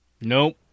Nope